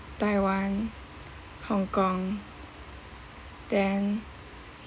taiwan hong kong then